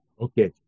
Okay